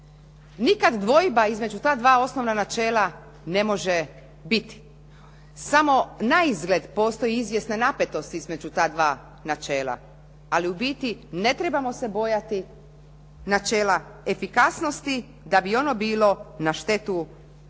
Nikada dvojba između ta dva osnovna načela ne može biti. Samo naizgled postoji izvjesna napetost između ta dva načela. Ali u biti ne trebamo se bojati načela efikasnosti da bi ono bilo na štetu